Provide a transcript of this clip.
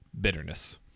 bitterness